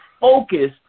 focus